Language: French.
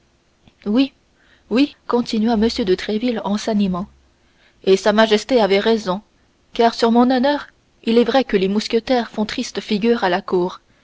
oui oui continua m de tréville en s'animant oui et sa majesté avait raison car sur mon honneur il est vrai que les mousquetaires font triste figure à la cour